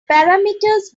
parameters